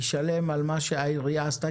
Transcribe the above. הוא ישלם על מה שהעירייה עשתה,